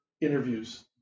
interviews